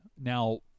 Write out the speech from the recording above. Now